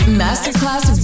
masterclass